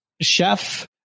chef